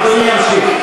אולי תעלי להר-הבית?